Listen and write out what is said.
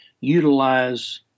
utilize